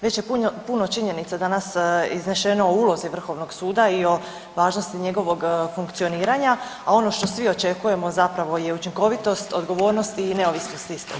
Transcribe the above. Već je puno činjenica danas iznešeno o ulozi Vrhovnog suda i o važnosti njegovog funkcioniranja, a ono što svi očekujemo zapravo je učinkovitost, odgovornost i neovisnost istog.